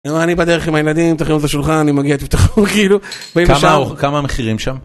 אני בדרך עם הילדים תכינו את השולחן, אני מגיע, תפתחו כאילו - כמה מחירים שם?